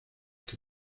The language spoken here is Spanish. que